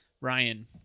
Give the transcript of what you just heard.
ryan